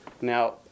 Now